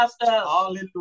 Hallelujah